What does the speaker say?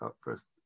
First